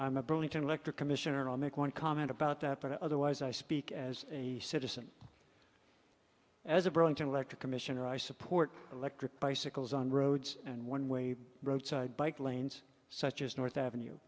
i'm a burlington elector commissioner i'll make one comment about that but otherwise i speak as a citizen as a brunton elector commissioner i support electric bicycles on roads and one way road bike lanes such as north avenue